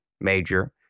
major